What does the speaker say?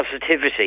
positivity